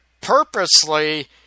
purposely